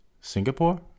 Singapore